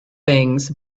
things